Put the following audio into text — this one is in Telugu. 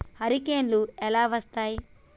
హరికేన్లు ఎలా వస్తాయి?